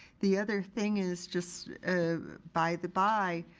the other thing is just by the by,